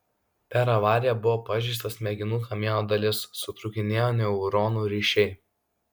per avariją buvo pažeista smegenų kamieno dalis sutrūkinėję neuronų ryšiai